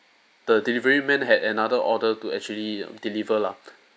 the delivery man had another order to actually deliver lah